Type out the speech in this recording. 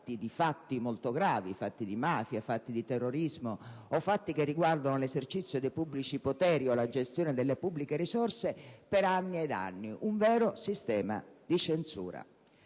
di fatti molto gravi (fatti di mafia, di terrorismo o che riguardino l'esercizio dei pubblici poteri o la gestione delle pubbliche risorse) per anni e anni: un vero sistema di censura.